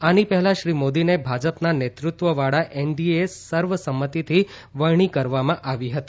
આની પહેલા શ્રી મોદીને ભાજપના નેતૃત્વવાળા એનડીએ એ સર્વ સંમતિથી વટણી કરવામાં આવી હતી